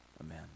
amen